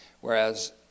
Whereas